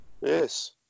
Yes